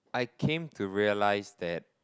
I came to realise that